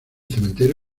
cementerio